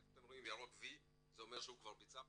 איפה שאתם רואים וי ירוק, זה אומר שהוא כבר ביצע.